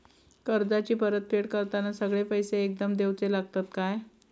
कर्जाची परत फेड करताना सगळे पैसे एकदम देवचे लागतत काय?